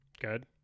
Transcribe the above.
Good